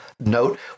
Note